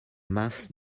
mas